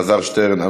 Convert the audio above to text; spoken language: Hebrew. אלעזר שטרן,